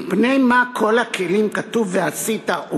מפני מה בכל הכלים כתוב "ועשיתָ",